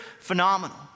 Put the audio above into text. phenomenal